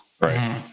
right